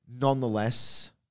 Nonetheless